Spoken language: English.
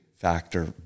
factor